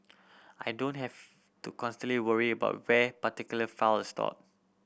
I don't have to constantly worry about where particular file is stored